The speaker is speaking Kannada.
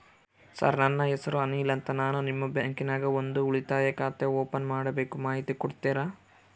ಸರ್ ನನ್ನ ಹೆಸರು ಅನಿಲ್ ಅಂತ ನಾನು ನಿಮ್ಮ ಬ್ಯಾಂಕಿನ್ಯಾಗ ಒಂದು ಉಳಿತಾಯ ಖಾತೆ ಓಪನ್ ಮಾಡಬೇಕು ಮಾಹಿತಿ ಕೊಡ್ತೇರಾ?